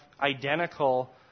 identical